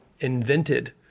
invented